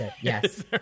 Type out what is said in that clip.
Yes